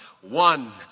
one